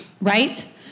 right